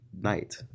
night